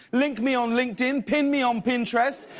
link me on linkedin, pin me on pinterest,